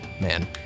man